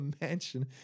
mansion